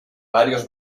varios